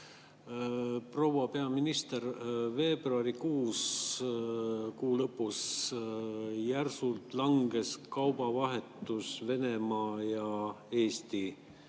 Proua peaminister! Veebruari lõpus järsult langes kaubavahetus Venemaa ja Eesti